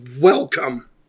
welcome